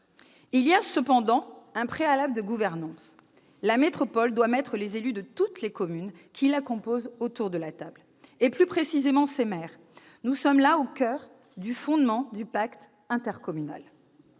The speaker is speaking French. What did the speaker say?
Il y a cependant un préalable de gouvernance : la métropole doit mettre les élus de toutes les communes qui la composent autour de la table, et plus précisément leurs maires. Nous sommes là au coeur du fondement du pacte intercommunal.